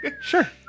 Sure